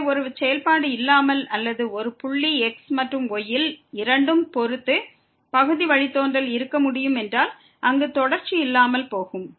எனவே ஒரு செயல்பாடு இல்லாமல் அல்லது ஒரு புள்ளி x மற்றும் y யில் இரண்டும் பொறுத்து பகுதி வழித்தோன்றல் இருக்க முடியும் என்றால் அங்கு தொடர்ச்சி இல்லாமல் போகும்